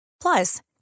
Plus